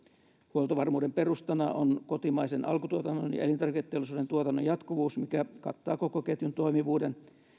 huoltovarmuuden perustana on kotimaisen alkutuotannon ja elintarviketeollisuuden tuotannon jatkuvuus mikä kattaa koko ketjun toimivuuden